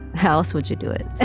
how else would you do it? ah